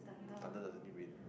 thunder doesn't mean rain